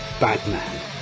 Batman